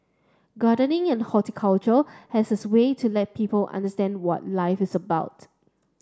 gardening and horticulture has a way to let people understand what life is about